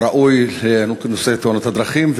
ראוי בנושא תאונות הדרכים,